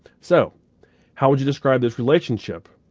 so how would you describe this relationship?